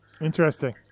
Interesting